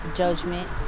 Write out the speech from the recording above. judgment